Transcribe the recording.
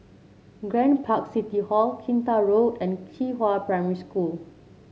Grand Park City Hall Kinta Road and Qihua Primary School